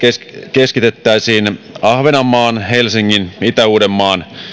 keskitettäisiin ahvenanmaan helsingin itä uudenmaan